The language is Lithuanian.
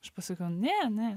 aš pasakiau ne ne